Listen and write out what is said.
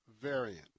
variant